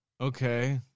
okay